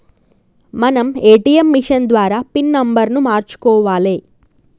మనం ATM machine ద్వారా pin నెంబర్ను మార్చుకోవాలే